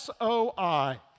SOI